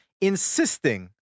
insisting